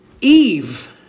Eve